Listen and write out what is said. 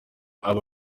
aba